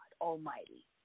Almighty